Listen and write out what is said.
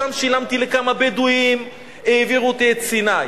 שם שילמתי לכמה בדואים, העבירו אותי את סיני.